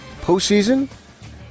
postseason